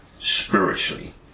spiritually